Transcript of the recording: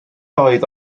oedd